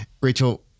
rachel